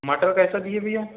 मटर कैसा दिए भैया